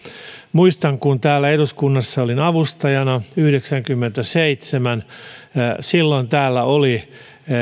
muistan kun täällä eduskunnassa olin avustajana yhdeksänkymmentäseitsemän niin silloin täällä oli